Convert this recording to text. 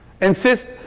insist